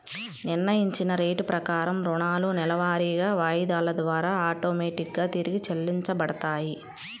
నిర్ణయించిన రేటు ప్రకారం రుణాలు నెలవారీ వాయిదాల ద్వారా ఆటోమేటిక్ గా తిరిగి చెల్లించబడతాయి